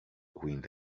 wind